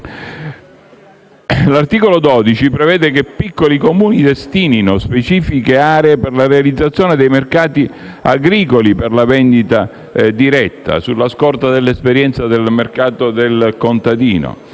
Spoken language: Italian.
L'articolo 12 prevede che i piccoli Comuni destinino specifiche aree per la realizzazione dei mercati agricoli per la vendita diretta, sulla scorta dell'esperienza del mercato del contadino,